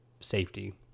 safety